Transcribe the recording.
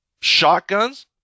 shotguns